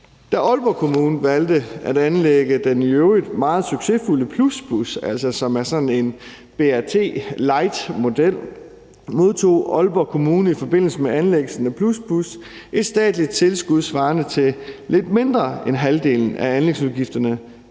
Da Aalborg Kommune valgte at anlægge den i øvrigt meget succesfulde Plusbus, som altså er sådan en BRT-lightmodel, modtog Aalborg Kommune i forbindelse med anlæggelsen af Plusbus et statsligt tilskud svarende til lidt mindre end halvdelen af anlægsudgifterne,